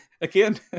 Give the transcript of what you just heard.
Again